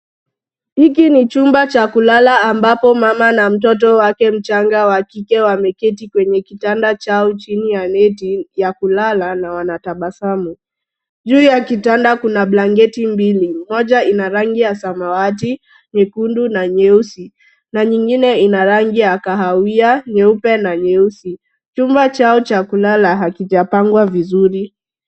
Hiki ni chumba cha kulala ambapo mama na mtoto wake mchanga wa kike wameketi kwenye kitanda chao chini ya neti ya kulala na wanatabasamu. Juu ya kitanda kuna blanketi mbili, moja ina rangi ya samawati, nyekundu na nyeusi na nyingine ina rangi ya kahawia, nyeupe na nyeusi. Chumba chao cha kulala hakijapangwa vizuri.